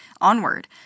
onward